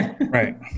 Right